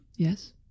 Yes